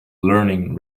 learning